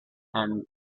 and